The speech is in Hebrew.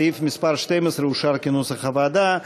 סעיף מס' 12 אושר כנוסח הוועדה.